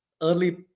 early